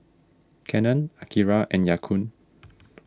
Canon Akira and Ya Kun